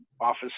office